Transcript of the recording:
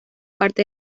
parte